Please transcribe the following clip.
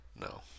no